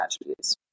attributes